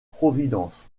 providence